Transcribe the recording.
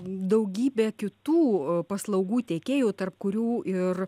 daugybė kitų paslaugų tiekėjų tarp kurių ir